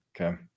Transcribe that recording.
okay